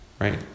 right